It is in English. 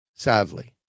sadly